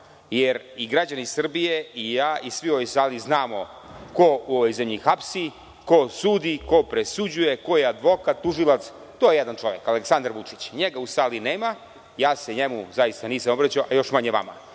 jer i građani Srbije i ja i svi u sali znamo ko u ovoj zemlji hapsi, ko sudi, ko presuđuje, ko je advokat, tužilac, to je jedan čovek, Aleksandar Vučić. Njega u sali nema, ja se njemu zaista nisam obraćao, a još manje vama.